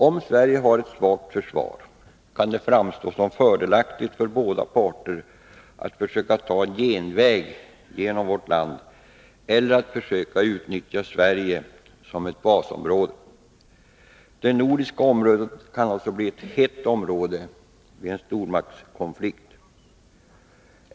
Om Sverige har ett svagt försvar, kan det framstå som fördelaktigt för båda parter att försöka ta en genväg genom vårt land eller att försöka utnyttja Sverige som ett basområde. Det nordiska området kan alltså bli ett ”hett” område vid en stormaktskonflikt.